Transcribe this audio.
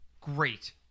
Great